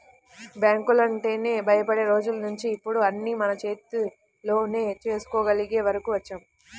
బ్యాంకులంటేనే భయపడే రోజుల్నించి ఇప్పుడు అన్నీ మన అరచేతిలోనే చేసుకోగలిగే వరకు వచ్చాం